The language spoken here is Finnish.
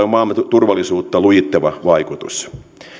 on maamme turvallisuutta lujittava vaikutus